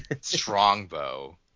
Strongbow